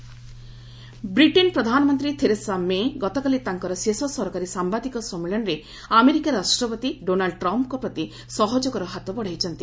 UK May last press Britain ପ୍ରଧାନମନ୍ତ୍ରୀ Theresa May ଗତକାଲି ତାଙ୍କର ଶେଷ ସରକାରୀ ସାମ୍ବାଦିକ ସମ୍ମିଳନୀରେ ଆମେରିକା ରାଷ୍ଟ୍ରପତି ଡୋନାଲ୍ଡ ଟ୍ରମ୍ଫ୍ଙ୍କ ପ୍ରତି ସହଯୋଗର ହାତ ବଢ଼ାଇଛନ୍ତି